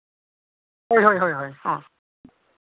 ᱦᱳᱭ ᱦᱳᱭ ᱦᱮᱸ